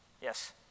Yes